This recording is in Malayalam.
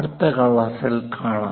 അടുത്ത ക്ലാസ്സിൽ കാണാം